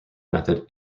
method